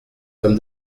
comme